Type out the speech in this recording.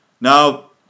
Now